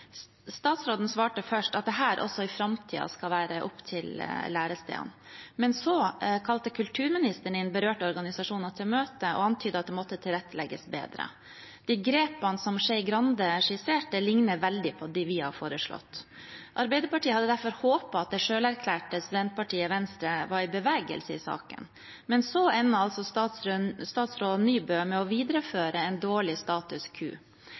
Statsråden svarte først at dette også i framtiden skal være opp til lærestedene. Men så kalte kulturministeren inn berørte organisasjoner til møte og antydet at det måtte tilrettelegges bedre. De grepene som Trine Skei Grande skisserte, ligner veldig på dem vi har foreslått. Arbeiderpartiet hadde derfor håpet at det selverklærte studentpartiet Venstre var i bevegelse i saken, men så ender altså statsråd Nybø med å videreføre en dårlig status